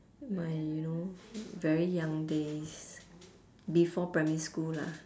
my you know very young days before primary school lah